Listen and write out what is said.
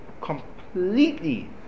completely